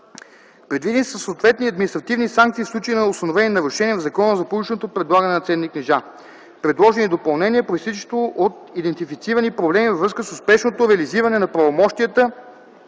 Предвидени са съответни административни санкции в случай на установени нарушения в Закона за публичното предлагане на ценни книжа. Предложено е и допълнение, произтичащо от идентифицирани проблеми във връзка с успешното реализиране на правомощията